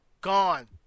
gone